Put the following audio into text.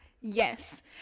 Yes